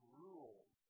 rules